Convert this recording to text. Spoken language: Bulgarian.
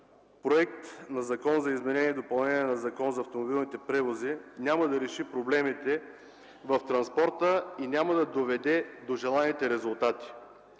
проект на Закон за изменение и допълнение на Закона за автомобилните превози няма да реши проблемите в транспорта и няма да доведе до желаните резултати.